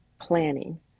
planning